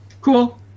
Cool